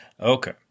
Okay